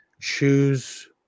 choose